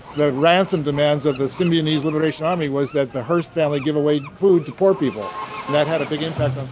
the ransom demands of the symbionese liberation army was that the hearst family give away food to poor people and that had a big impact